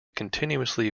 continuously